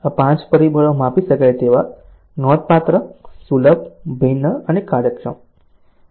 આ 5 પરિબળો માપી શકાય તેવા નોંધપાત્ર સુલભ ભિન્ન અને કાર્યક્ષમ